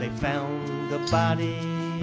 the body